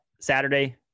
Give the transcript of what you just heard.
saturday